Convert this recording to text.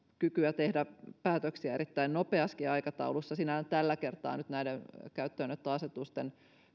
kykyä tehdä päätöksiä erittäin nopeassakin aikataulussa sinällään tällä kertaa nyt näiden käyttöönottoasetusten